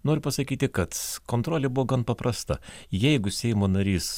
noriu pasakyti kad kontrolė buvo gan paprasta jeigu seimo narys